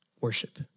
worship